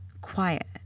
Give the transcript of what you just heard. quiet